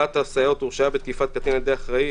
אחת הסייעות הורשעה בתקיפת קטין על ידי אחראי